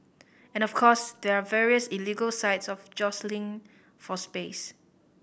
and of course there are various illegal sites of jostling for space